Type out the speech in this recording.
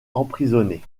emprisonné